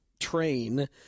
train